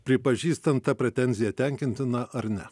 pripažįstant tą pretenziją tenkintina ar ne